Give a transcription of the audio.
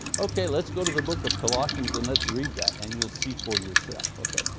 okay, let's go to the book of colossians and let's read that, and you'll see for yourself. okay,